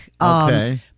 Okay